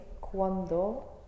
cuando